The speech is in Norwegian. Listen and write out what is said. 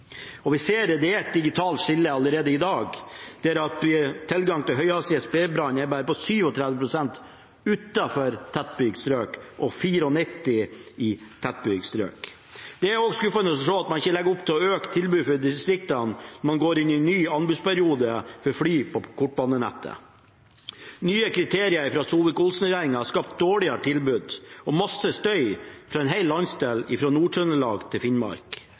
Vi ser allerede i dag at det er et digitalt skille, da tilgangen til høyhastighets bredbånd bare er på 37 pst. utenfor tettbygde strøk og 96 pst. i tettbygde strøk. Det er også skuffende å se at man ikke legger opp til å øke tilbudet til distriktene når man går inn i en ny anbudsperiode for fly på kortbanenettet. Nye kriterier fra statsråd Solvik-Olsen og regjeringen har skapt dårligere tilbud og masse støy fra en hel landsdel, fra Nord-Trøndelag til Finnmark.